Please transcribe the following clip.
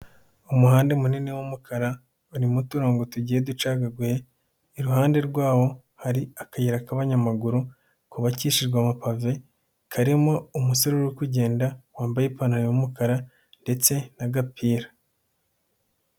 Umuhanda munini w'umukara urimo uturongo tugiye ducagaguye, iruhande rwawo hari akayira k'abanyamaguru kubakishijwe amapave, karimo umusore uri kugenda wambaye ipantaro y'umukara ndetse n'agapira.